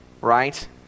right